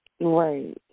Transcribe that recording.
Right